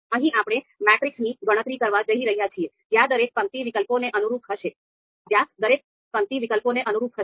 અહીં આપણે મેટ્રિક્સની ગણતરી કરવા જઈ રહ્યા છીએ જ્યાં દરેક પંક્તિ વૈકલ્પિકને અનુરૂપ હશે